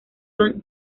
son